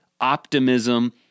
optimism